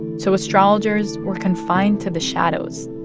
so astrologers were confined to the shadows,